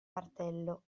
martello